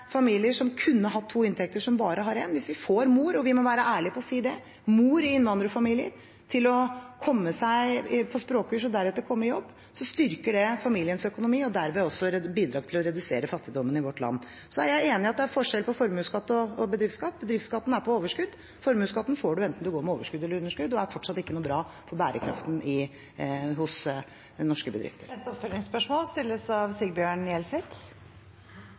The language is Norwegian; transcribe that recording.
familier som kunne hatt to inntekter, bare har én. Hvis vi får mor – vi må være ærlig og si det – i innvandrerfamilier til å komme seg på språkkurs og deretter i jobb, styrker det familiens økonomi og er derved også et bidrag til å redusere fattigdommen i vårt land. Jeg er enig i at det er forskjell på formuesskatt og bedriftsskatt. Bedriftsskatten er på overskudd. Formuesskatten får du enten du går med overskudd eller underskudd og er fortsatt ikke noe bra for bærekraften hos norske bedrifter. Sigbjørn Gjelsvik – til oppfølgingsspørsmål.